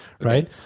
right